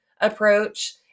approach